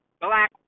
Black